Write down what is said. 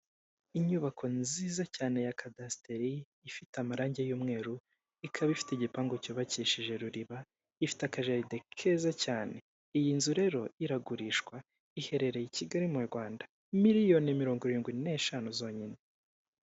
Inyubako nziza cyane ya kadasiteri ifite amarangi y'umweru, ikaba ifite igipangu cyubakishije ruriba, ifite akajaride keza cyane, iyi nzu rero iragurishwa, iherereye i Kigali mu Rwanda, miliyoni mirongo irindwi n'eshanu zonyine.